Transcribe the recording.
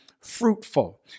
fruitful